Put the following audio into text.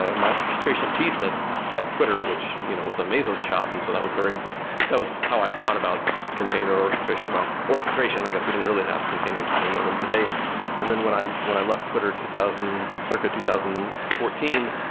my orchestration teeth that at twitter, which you know was a mazal-shop until that was very that was how i thought about container orchestration, well, orchestration. i guess, we didn't really have containers as we know them today and then when i when i left twitter two thousand circa two thousand and fourteen,